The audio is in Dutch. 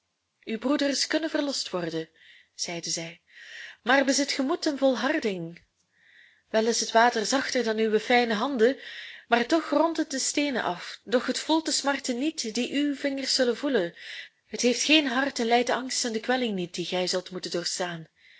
uw broeders kunnen verlost worden zeide zij maar bezit ge moed en volharding wel is het water zachter dan uw fijne handen maar toch rondt het de steenen af doch het voelt de smarten niet die uw vingers zullen voelen het heeft geen hart en lijdt den angst en de kwelling niet die gij zult moeten doorstaan